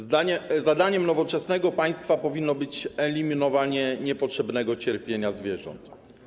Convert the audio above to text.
Zadaniem nowoczesnego państwa powinno być eliminowanie niepotrzebnego cierpienia zwierząt.